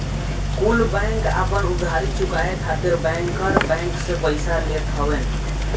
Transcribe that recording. कुल बैंक आपन उधारी चुकाए खातिर बैंकर बैंक से पइसा लेत हवन